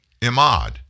Imad